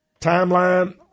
timeline